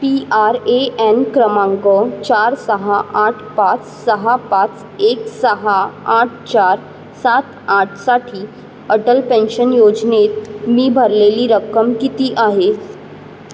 P R A N क्रमांक चार सहा आठ पाच सहा पाच एक सहा आठ चार सात आठसाठी अटल पेन्शन योजनेत मी भरलेली रक्कम किती आहे